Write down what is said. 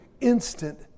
instant